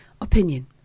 Opinion